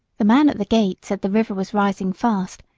the man at the gate said the river was rising fast,